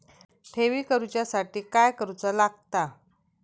ठेवी करूच्या साठी काय करूचा लागता?